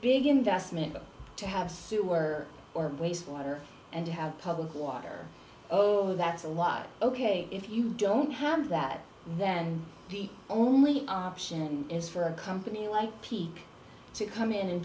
big investment but to have sewer or waste water and to have public water oh that's a lot ok if you don't have that then the only option is for a company like peak to come in and